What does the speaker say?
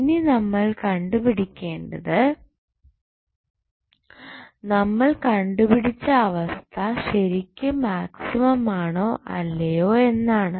ഇനി നമ്മൾ കണ്ടുപിടിക്കേണ്ടത് നമ്മൾ കണ്ടുപിടിച്ച അവസ്ഥ ശരിക്കും മാക്സിമം ആണോ അല്ലയോ എന്നാണ്